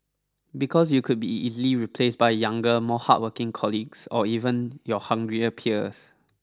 because you could be easily replaced by younger more hardworking colleagues or even your hungrier peers